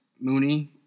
Mooney